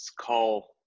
call